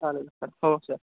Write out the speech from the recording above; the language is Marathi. चालेल सर हो सर